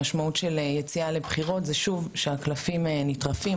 המשמעות של יציאה לבחירות זה שוב שהקלפים נטרפים.